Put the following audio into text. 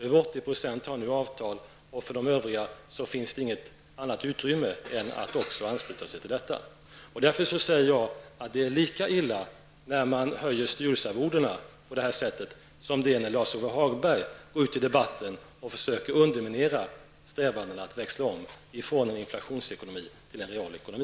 Över 80 % har nu avtal, och för de övriga finns det inget annat utrymme än att ansluta sig till detta. Därför säger jag att det är lika illa när man höjer styrelsearvodena på detta sätt som när Lars-Ove Hagberg går ut i debatten och försöker underminera strävandena att växla om från en inflationsekonomi till en realekonomi.